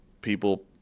people